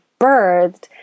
birthed